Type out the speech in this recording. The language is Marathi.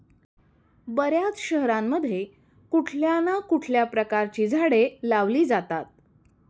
बर्याच शहरांमध्ये कुठल्या ना कुठल्या प्रकारची झाडे लावली जातात